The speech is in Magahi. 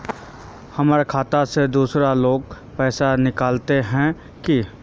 हमर खाता से दूसरा लोग पैसा निकलते है की?